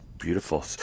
Beautiful